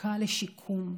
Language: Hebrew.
זקוקה לשיקום,